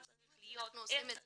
אנחנו עושים את זה.